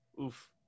Oof